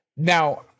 Now